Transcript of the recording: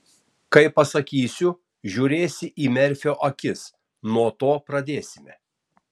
kai pasakysiu žiūrėsi į merfio akis nuo to pradėsime